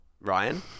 Ryan